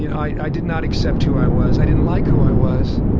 yeah i i did not accept who i was. i didn't like who i was.